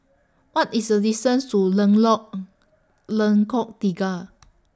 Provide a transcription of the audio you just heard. What IS The distance to Lengkok Tiga